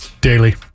Daily